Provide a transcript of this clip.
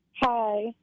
Hi